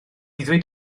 ddweud